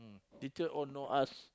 teacher all know us